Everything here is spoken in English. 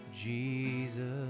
Jesus